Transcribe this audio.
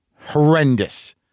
Horrendous